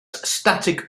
static